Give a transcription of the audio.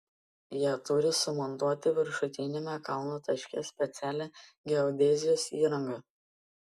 jie turi sumontuoti viršutiniame kalno taške specialią geodezijos įrangą